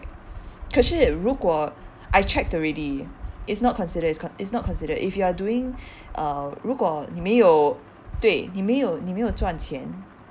可是如果 I checked already it's not considered it's not considered if you are doing uh 如果你没有对你没有你没有赚钱